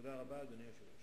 תודה רבה, אדוני היושב-ראש.